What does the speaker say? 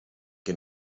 que